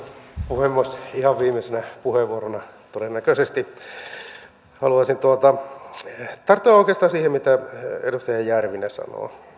puhemies ihan viimeisenä puheenvuorona todennäköisesti haluaisin tarttua oikeastaan siihen mitä edustaja järvinen sanoo